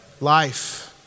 life